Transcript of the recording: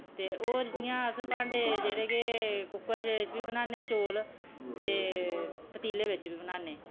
ते और जि'यां अस भांडे जेह्ड़े के कुक्कर च बी बनान्ने चौल ते पतीले बिच बी बनान्ने